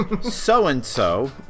So-and-so